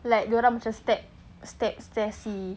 like dorang macam step step